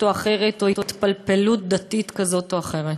או אחרת או התפלפלות דתית כזאת או אחרת,